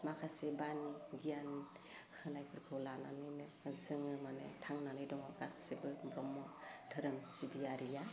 माखासे बानि गियान होनायफोरखौ लानानैनो जोङो माने थांनानै दङ गासिबो ब्रह्म धोरोम सिबियारिया